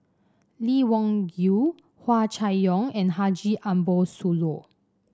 Lee Wung Yew Hua Chai Yong and Haji Ambo Sooloh